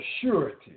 surety